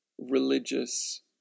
religious